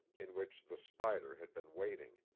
in which the spider had been waiting.